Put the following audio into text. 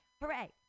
hooray